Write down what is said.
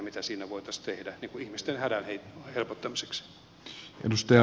mitä siinä voitaisiin tehdä ihmisten hädän helpottamiseksi